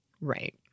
Right